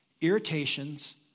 irritations